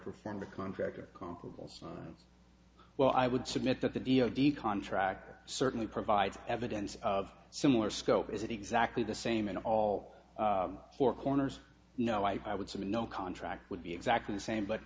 performer contractor comparables well i would submit that the d o d contract certainly provides evidence of similar scope is exactly the same in all four corners no i would say no contract would be exactly the same but